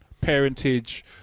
parentage